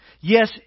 Yes